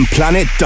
Planet